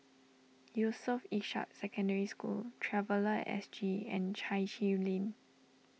Yusof Ishak Secondary School Traveller S G and Chai Chee Lane